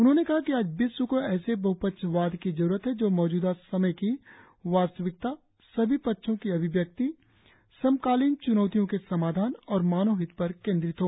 उन्होंने कहा कि आज विश्व को ऐसे बह्पक्षवाद की जरुरत है जो मौजूदा समय की वास्तविकता सभी पक्षों की अभिव्यक्ति समकालीन च्नौतियों के समाधान और मानव हित पर केंद्रीत हो